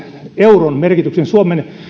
euron merkityksen suomen